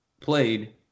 played